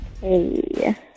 Hey